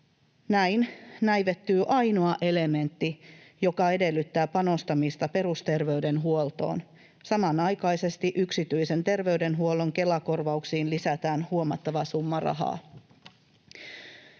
näin näivettyy ainoa elementti, joka edellyttää panostamista perusterveydenhuoltoon. Samanaikaisesti yksityisen terveydenhuollon Kela-korvauksiin lisätään huomattava summa rahaa.